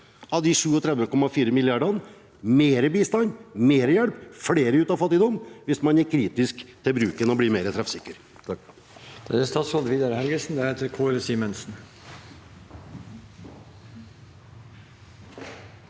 av disse 37,4 milliardene – mer bistand, mer hjelp og flere ut av fattigdom – hvis man er kritisk til bruken av dem og blir mer treffsikker.